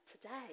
today